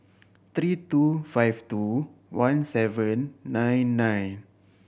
three two five two one seven nine nine